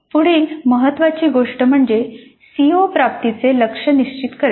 पुढील महत्त्वाची गोष्ट म्हणजे सीओ प्राप्तीचे लक्ष्य निश्चित करणे